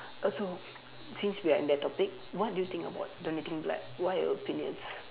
also since we are in that topic what do you think about donating blood what are your opinions